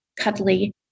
Cuddly